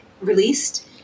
released